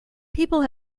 people